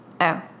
Oh